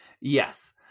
Yes